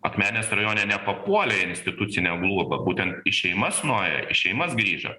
akmenės rajone nepapuolė į institucinę globą būtent į šeimas nuėjo į šeimas grįžo